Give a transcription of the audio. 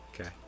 Okay